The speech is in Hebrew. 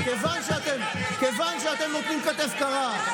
מכיוון שאתם נותנים כתף קרה,